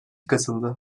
katıldı